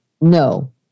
No